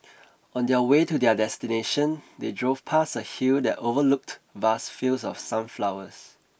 on their way to their destination they drove past a hill that overlooked vast fields of sunflowers